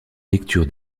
lecture